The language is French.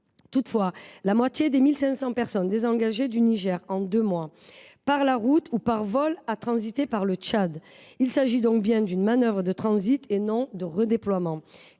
Toutefois, la moitié des 1 500 personnes désengagées du Niger en deux mois par la route ou par les airs ont transité par le Tchad. Il s’agit donc d’une manœuvre, non pas de redéploiement,